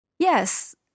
Yes